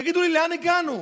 תגידו לי, לאן הגענו?